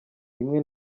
rimwe